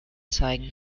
zeigen